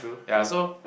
ya so